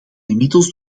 inmiddels